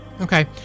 Okay